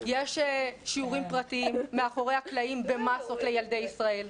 יש שיעורים פרטיים מאחורי הקלעים במאסות לילדי ישראל,